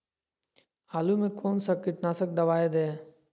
आलू में कौन सा कीटनाशक दवाएं दे?